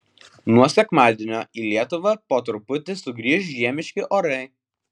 nuo sekmadienio į lietuvą po truputį sugrįš žiemiški orai